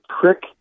trick